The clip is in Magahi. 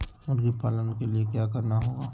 मुर्गी पालन के लिए क्या करना होगा?